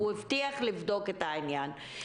והוא הבטיח לבדוק את העניין,